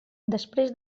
després